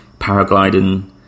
paragliding